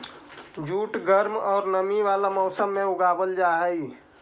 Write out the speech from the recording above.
jute गर्म औउर नमी वाला मौसम में उगावल जा हई